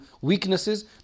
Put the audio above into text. weaknesses